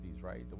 right